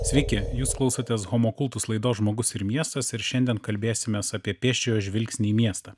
sveiki jūs klausotės homokultus laidos žmogus ir miestas ir šiandien kalbėsimės apie pėsčiojo žvilgsnį į miestą